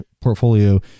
portfolio